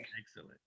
excellent